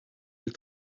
elle